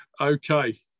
Okay